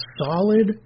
solid